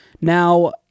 Now